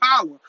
power